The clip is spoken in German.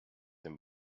den